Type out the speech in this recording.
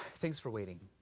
thanks for waiting.